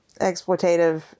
exploitative